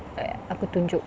eh aku tunjuk